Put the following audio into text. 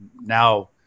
now